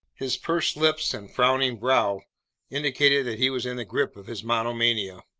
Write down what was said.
his pursed lips and frowning brow indicated that he was in the grip of his monomania.